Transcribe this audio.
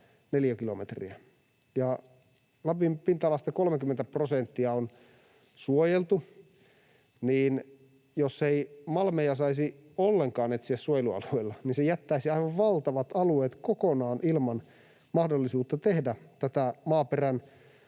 neliökilometriä ja Lapin pinta-alasta 30 prosenttia on suojeltu — eli jos ei malmeja saisi ollenkaan etsiä suojelualueella, niin se jättäisi aivan valtavat alueet kokonaan ilman mahdollisuutta tehdä tätä maaperän